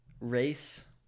Race